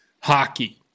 hockey